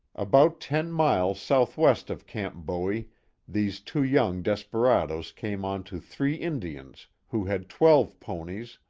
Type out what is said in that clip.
about ten miles southwest of camp bowie these two young desperados came onto three indians, who had twelve ponies,